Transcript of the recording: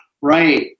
Right